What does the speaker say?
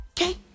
okay